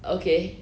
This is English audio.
okay